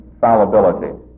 fallibility